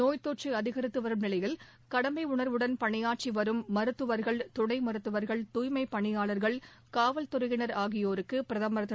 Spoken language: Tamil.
நோய்த் தொற்று அதிகரித்து வரும் நிலையில் கடமை உணர்வுடன் பணியாற்றி வரும் மருத்துவர்கள் துணை மருத்துவர்கள் தூய்மைப் பணியாளர்கள் காவல்துறையினர் ஆகியோருக்கு பிரதமர் திரு